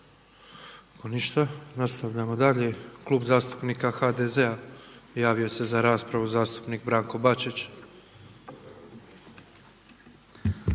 Ništa, nastavljamo dalje. Klub zastupnika HDZ-a javio se za raspravu, zastupnik Branko Bačić.